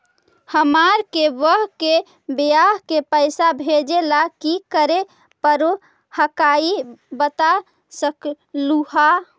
हमार के बह्र के बियाह के पैसा भेजे ला की करे परो हकाई बता सकलुहा?